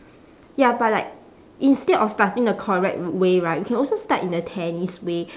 ya but like instead of starting the correct way right we can also start in the tennis way